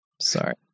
Sorry